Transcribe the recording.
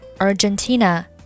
Argentina